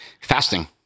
Fasting